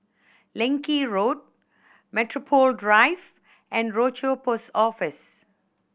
Leng Kee Road Metropole Drive and Rochor Post Office